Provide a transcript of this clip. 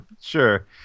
Sure